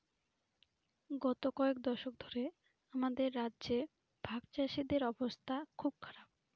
গত কয়েক দশক ধরে আমাদের রাজ্যে ভাগচাষীদের অবস্থা খুব খারাপ